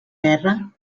guerra